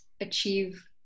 achieve